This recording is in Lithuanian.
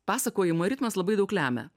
pasakojimo ritmas labai daug lemia